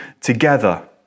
together